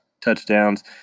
touchdowns